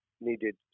needed